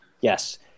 Yes